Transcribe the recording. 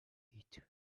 eat